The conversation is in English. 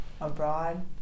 abroad